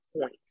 point